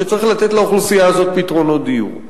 שצריך לתת לאוכלוסייה הזאת פתרונות דיור.